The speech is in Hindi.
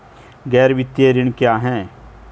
गैर वित्तीय ऋण क्या है?